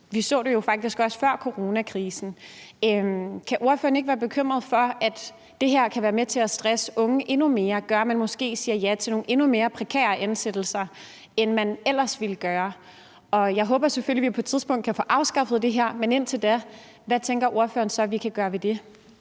vi så det jo faktisk også før coronakrisen. Kan ordføreren ikke være bekymret for, at det her kan være med til at stresse unge endnu mere og gøre, at man måske siger ja til nogle endnu mere prekære ansættelser, end man ellers ville gøre? Jeg håber selvfølgelig, at vi på et tidspunkt kan få afskaffet det her, men indtil da vil jeg høre, hvad ordføreren tænker vi kan gøre ved det.